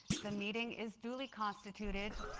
the meeting is duly constituted,